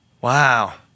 Wow